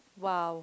!wow!